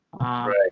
Right